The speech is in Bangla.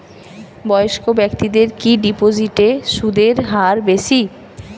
বয়স্ক ব্যেক্তিদের কি ডিপোজিটে সুদের হার বেশি?